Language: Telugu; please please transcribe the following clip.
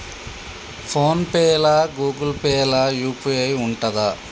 ఫోన్ పే లా గూగుల్ పే లా యూ.పీ.ఐ ఉంటదా?